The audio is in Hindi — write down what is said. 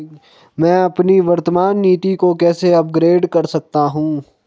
मैं अपनी वर्तमान नीति को कैसे अपग्रेड कर सकता हूँ?